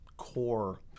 core